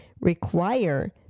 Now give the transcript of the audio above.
require